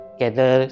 gather